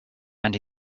and